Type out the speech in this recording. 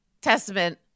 testament